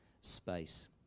space